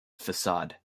facade